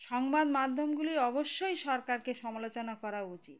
সংবাদ মাধ্যমগুলি অবশ্যই সরকারকে সমালোচনা করা উচিত